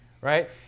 right